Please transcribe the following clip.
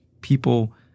people